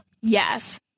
yes